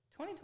2020